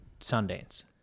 Sundance